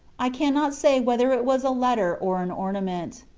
i cannot say whether it was a letter or an ornament.